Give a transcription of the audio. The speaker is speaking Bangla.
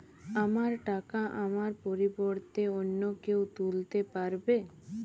আমার টাকা আমার পরিবর্তে অন্য কেউ তুলতে পারবে?